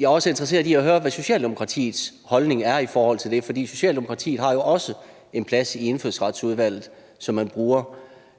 jeg er interesseret i at høre, hvad der er Socialdemokratiets holdning i forhold til det. For Socialdemokratiet har jo også en plads i Indfødsretsudvalget, som man bruger,